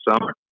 summer